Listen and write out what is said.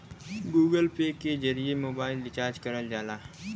Google Pay के जरिए mobile recharge करल जाला